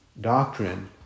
doctrine